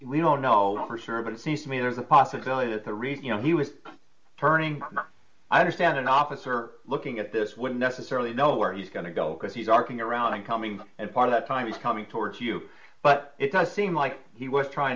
we don't know for sure but it seems to me there's a possibility that the reason you know he was turning i understand an officer looking at this wouldn't necessarily know where he's going to go because he's our king around and coming and part of that time is coming towards you but it does seem like he was trying